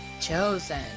Chosen